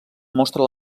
mostra